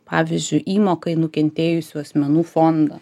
pavyzdžiui įmoka į nukentėjusių asmenų fondą